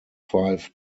five